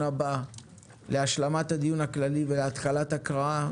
הבא להשלמת הדיון הכללי ולהתחלת הקראה,